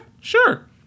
sure